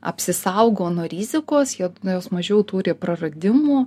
apsisaugo nuo rizikos jod nu jos mažiau tų praradimų